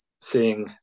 seeing